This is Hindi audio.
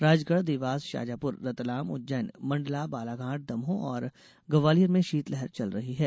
राजगढ़ देवासष्षाजापुर रतलाम उज्जैन मंडला बालाघाट दमोह और ग्वालियर में शीतलहर चल रही है